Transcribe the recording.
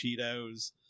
cheetos